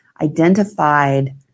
identified